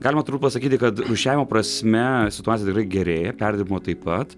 galima pasakyti kad rūšiavimo prasme situacija tikrai gerėja perdirbimo taip pat